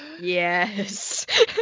Yes